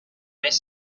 mes